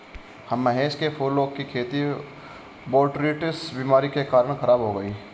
महेश के फूलों की खेती बोटरीटिस बीमारी के कारण खराब हो गई